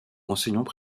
enseignants